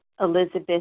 Elizabeth